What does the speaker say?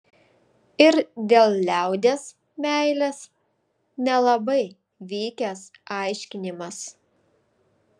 ir dėl liaudies meilės nelabai vykęs aiškinimas